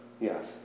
Yes